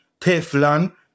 Teflon